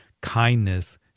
kindness